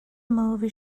movie